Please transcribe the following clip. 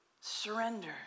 Surrender